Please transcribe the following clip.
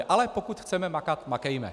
Ale pokud chceme makat, makejme.